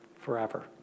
forever